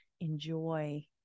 enjoy